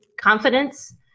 confidence